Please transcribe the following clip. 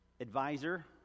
advisor